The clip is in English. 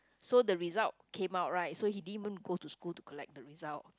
so the result came out right so he didn't even go to school to collect the result